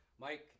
Mike